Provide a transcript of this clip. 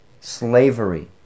Slavery